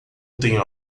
tenho